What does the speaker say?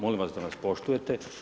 Molim vas da nas poštujete.